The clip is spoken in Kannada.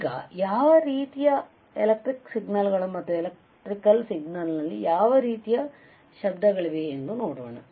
ಈಗ ಯಾವ ರೀತಿಯ ಎಲೆಕ್ಟ್ರಿಕಲ್ ಸಿಗ್ನಲ್ಗಳು ಮತ್ತು ಎಲೆಕ್ಟ್ರಿಕಲ್ ಸಿಗ್ನಲ್ನಲ್ಲಿ ಯಾವ ರೀತಿಯ ಶಬ್ದಗಳಿವೆ ಎಂದು ನೋಡೋಣ